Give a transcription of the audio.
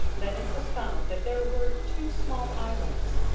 then it was found that there were two small islands,